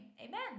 Amen